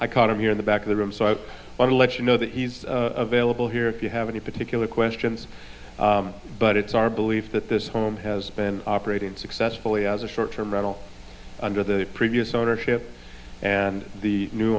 i caught him here in the back of the room so unless you know that he's available here if you have any particular questions but it's our belief that this home has been operating successfully as a short term rental under the previous ownership and the new